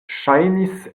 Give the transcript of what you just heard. ŝajnis